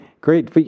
great